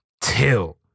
Till